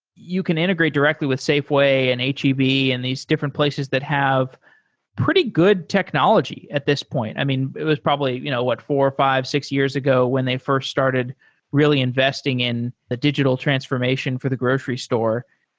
you can integrate directly with safeway and h e b and these different places that have pretty good technology at this point. i mean, it's probably you know what? four, five, six years ago when they first started really investing in the digital transformation for the grocery store,